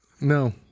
no